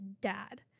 dad